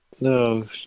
No